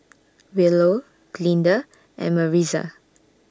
Willow Glinda and Maritza